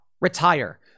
retire